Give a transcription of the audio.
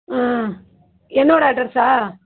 ஆ என்னோட அட்ரஸ்ஸாக